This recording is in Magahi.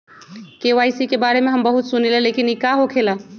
के.वाई.सी के बारे में हम बहुत सुनीले लेकिन इ का होखेला?